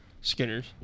Skinner's